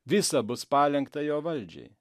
visa bus palenkta jo valdžiai